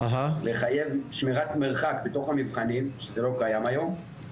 לחייב שמירת מרחק בתוך המבחנים, שזה לא קיים היום.